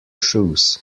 shoes